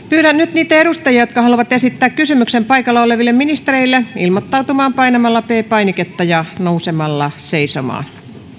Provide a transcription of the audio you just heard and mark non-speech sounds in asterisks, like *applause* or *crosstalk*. *unintelligible* pyydän nyt niitä edustajia jotka haluavat esittää kysymyksen paikalla oleville ministereille ilmoittautumaan painamalla p painiketta ja nousemalla seisomaan